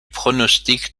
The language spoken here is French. pronostic